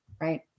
right